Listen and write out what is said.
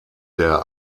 der